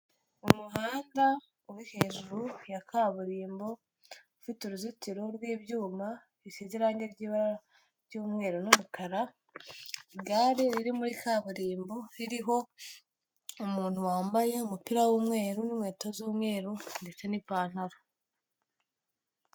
Umuhanda uri hejuru ya kaburimbo ufite uruzitiro rw'ibyuma bifite irangi ry'ibara ry'umweru n'umukara igare riri muri kaburimbo ririho umuntu wambaye umupira w'umweru n'inkweto z'umweru ndetse n'ipantaro.